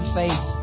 faith